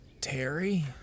Terry